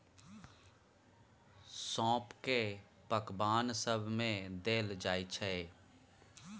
सौंफ केँ पकबान सब मे देल जाइ छै